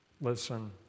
listen